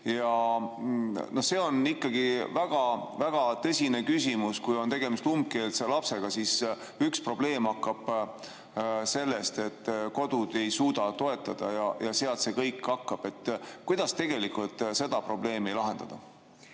See on ikkagi väga-väga tõsine küsimus. Kui on tegemist umbkeelse lapsega, siis üks probleem on see, et kodud ei suuda toetada, ja sealt see kõik hakkab. Kuidas seda probleemi lahendada?